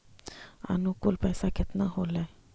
अनुकुल पैसा केतना होलय